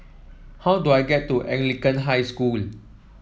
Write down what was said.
how do I get to Anglican High School